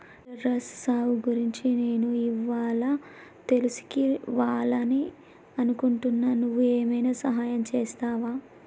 terrace సాగు గురించి నేను ఇవ్వాళా తెలుసుకివాలని అనుకుంటున్నా నువ్వు ఏమైనా సహాయం చేస్తావా